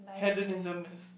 hedonism is